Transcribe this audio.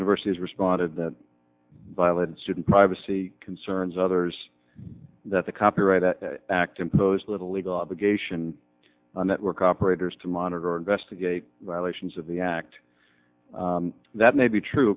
universities responded that violence shouldn't privacy concerns others that the copyright act impose little legal obligation on network operators to monitor or investigate violations of the act that may be true